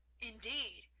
indeed,